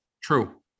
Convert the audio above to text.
True